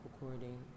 recording